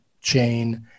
chain